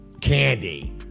candy